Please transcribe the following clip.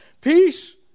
Peace